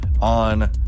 on